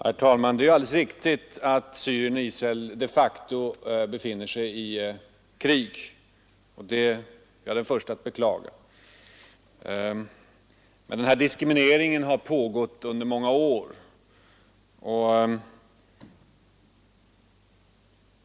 Nr 83 "Herr talman! Det är Siktigt att Syrien och Israel de facto befinner sig i Torsdagen den krig, och det är jag den förste att beklaga. Men den här diskrimineringen 16 maj 1974 har pågått under många år.